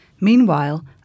Meanwhile